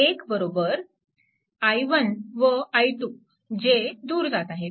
1 i1 व i2 जे दूर जात आहेत